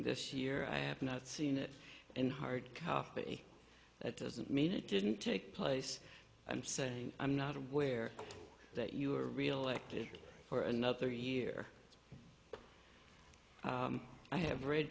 this year i have not seen it in hard copy that doesn't mean it didn't take place i'm saying i'm not aware that you were reelected for another year i have read